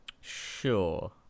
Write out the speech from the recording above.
sure